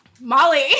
Molly